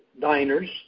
diners